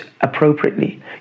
appropriately